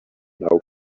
now